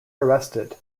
arrested